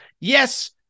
Yes